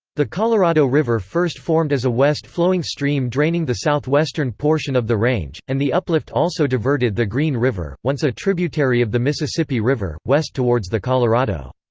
the colorado river first formed as a west-flowing stream draining the southwestern portion of the range, and the uplift also diverted the green river, once a tributary of the mississippi river, west towards the colorado.